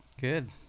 Good